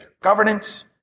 governance